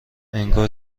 انگار